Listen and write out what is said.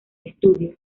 estudio